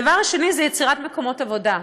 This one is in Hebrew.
הדבר השני זה יצירת מקומות עבודה.